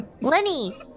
Lenny